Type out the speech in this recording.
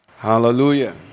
Hallelujah